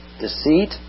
deceit